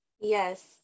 Yes